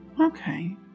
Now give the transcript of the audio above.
Okay